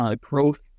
growth